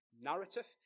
narrative